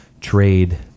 trade